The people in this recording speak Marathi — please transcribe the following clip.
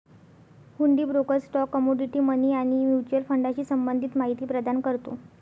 हुंडी ब्रोकर स्टॉक, कमोडिटी, मनी आणि म्युच्युअल फंडाशी संबंधित माहिती प्रदान करतो